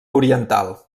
oriental